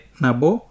nabo